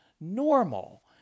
normal